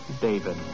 David